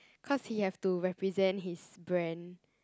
cause he have to represent his brand